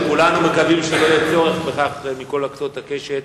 כולנו מקווים שלא יהיה צורך בכך, מכל קצות הקשת.